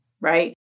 right